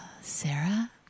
Sarah